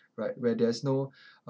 like where there is no